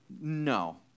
No